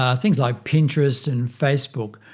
ah things like pinterest and facebook,